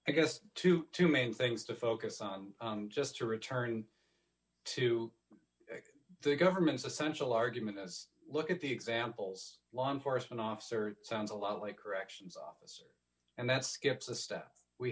i guess to two main things to focus on just to return to the government's essential argument is look at the examples law enforcement officer sounds a lot like corrections officer and that skips a step we